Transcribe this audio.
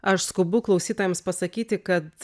aš skubu klausytojams pasakyti kad